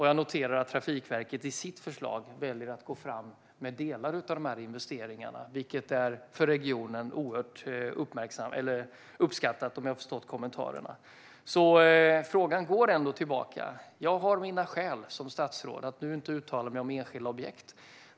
Jag noterar att Trafikverket i sitt förslag väljer att gå fram med delar av dessa investeringar, vilket är för regionen oerhört uppskattat, som jag har förstått kommentarerna. Jag har mina skäl som statsråd att nu inte uttala mig om enskilda objekt.